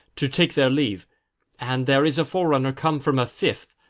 to take their leave and there is a forerunner come from a fifth,